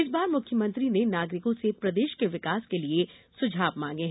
इस बार मुख्यमंत्री ने नागरिकों से प्रदेश के विकास के लिये सुझाव मांगे हैं